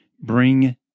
bring